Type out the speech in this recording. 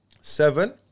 Seven